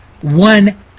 one